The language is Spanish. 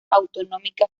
autonómica